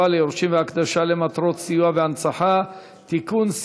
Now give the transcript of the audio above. ליורשים והקדשה למטרות סיוע והנצחה) (תיקון,